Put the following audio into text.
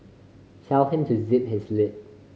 tell him to zip his lip